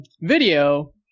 video